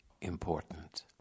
important